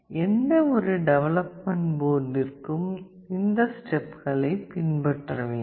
எந்தவொரு டெவலப்மென்ட் போர்ட்டிற்கும் இந்த ஸ்டெப்களைப் பின்பற்ற வேண்டும்